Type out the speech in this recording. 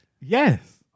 Yes